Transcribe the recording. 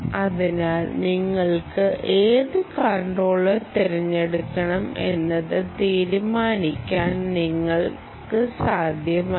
അതിനാൽ നിങ്ങൾ എതു കൺട്രോളർ തിരഞ്ഞെടുക്കണം എന്നത് തീരുമാനിക്കാൻ ഞങ്ങൾക്ക് സാധ്യമല്ല